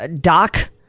doc